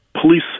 police